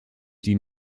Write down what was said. die